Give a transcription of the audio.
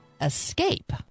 escape